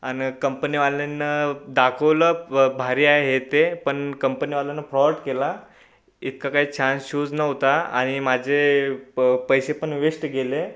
आणि कंपनीवाल्यांनं दाखवलं भारी आहे हे ते पण कंपनीवाल्यानं फ्रॉड केला इतका काही छान शूज नव्हता आणि माझे पै पैसे पण वेस्ट गेले